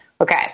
Okay